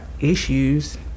issues